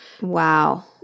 Wow